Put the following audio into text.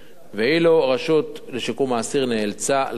ואילו הרשות לשיקום האסיר נאלצה לכבד